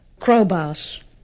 crowbars